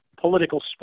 political